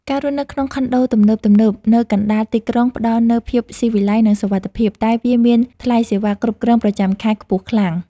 ការរស់នៅក្នុងខុនដូទំនើបៗនៅកណ្តាលទីក្រុងផ្ដល់នូវភាពស៊ីវិល័យនិងសុវត្ថិភាព តែវាមានថ្លៃសេវាគ្រប់គ្រងប្រចាំខែខ្ពស់ខ្លាំង។